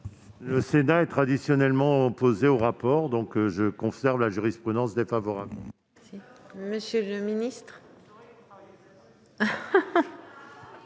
Le Sénat étant traditionnellement opposé aux rapports, je conserve la jurisprudence défavorable.